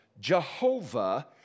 Jehovah